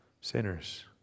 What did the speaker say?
sinners